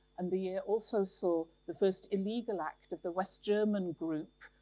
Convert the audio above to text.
and the year also saw the first illegal act of the west german group,